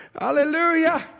Hallelujah